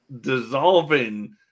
dissolving